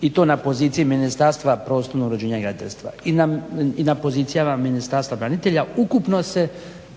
i to na poziciji Ministarstva prostornog uređenja i graditeljstva i na pozicijama Ministarstva branitelja ukupno se